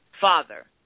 father